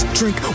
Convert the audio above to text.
drink